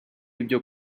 ibyo